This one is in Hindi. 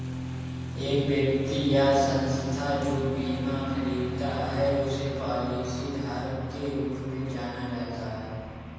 एक व्यक्ति या संस्था जो बीमा खरीदता है उसे पॉलिसीधारक के रूप में जाना जाता है